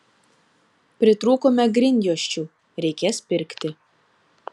pritrūkome grindjuosčių reikės pirkti